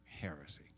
heresy